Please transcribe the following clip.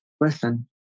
listen